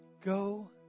Go